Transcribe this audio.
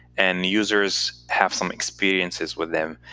and users have some experiences with them,